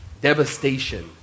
devastation